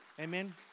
Amen